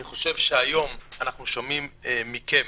אני חושב שהיום אנחנו שומעים מכם,